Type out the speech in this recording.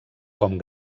com